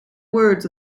words